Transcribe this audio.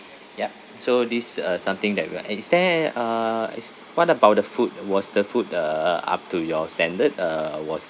yup so this uh something that we'll and is there uh is what about the food was the food uh uh up to your standard uh was